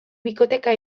bikoteka